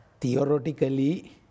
Theoretically